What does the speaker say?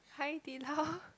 Hai-Di-Lao